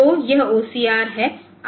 तो यह OCR है